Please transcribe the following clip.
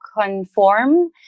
conform